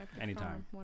Anytime